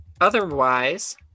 otherwise